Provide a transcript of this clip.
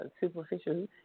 superficial